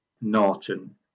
Norton